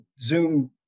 Zoom